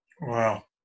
Wow